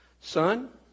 Son